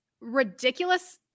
ridiculous